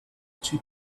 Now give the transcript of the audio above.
two